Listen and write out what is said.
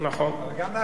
גם נחמן שי.